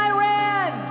Iran